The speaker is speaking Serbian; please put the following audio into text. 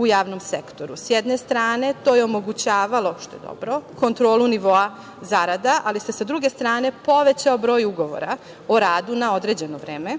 u javnom sektoru. Sa jedne strane, to je omogućavalo, što je dobro, kontrolu nivoa zarada, ali se sa druge strane povećao broj ugovora o radu na određeno vreme